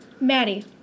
Maddie